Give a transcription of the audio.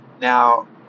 Now